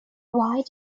why